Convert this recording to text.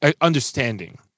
understanding